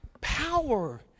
power